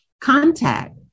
contact